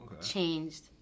changed